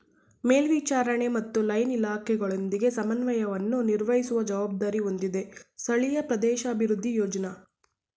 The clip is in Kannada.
ಮೇಲ್ವಿಚಾರಣೆ ಮತ್ತು ಲೈನ್ ಇಲಾಖೆಗಳೊಂದಿಗೆ ಸಮನ್ವಯವನ್ನು ನಿರ್ವಹಿಸುವ ಜವಾಬ್ದಾರಿ ಹೊಂದಿದೆ ಸ್ಥಳೀಯ ಪ್ರದೇಶಾಭಿವೃದ್ಧಿ ಯೋಜ್ನ